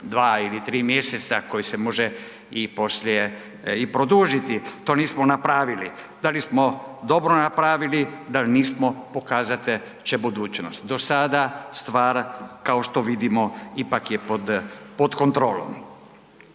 dva ili tri mjeseca koji se može i poslije i produžiti. To nismo napravili. Da li smo dobro napravili, da li nismo, pokazat će budućnost. Do sada stvar kao što vidimo ipak je pod, pod kontrolom.